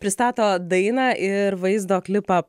pristato dainą ir vaizdo klipą